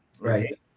right